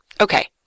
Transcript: Okay